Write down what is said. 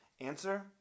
answer